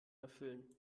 erfüllen